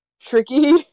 tricky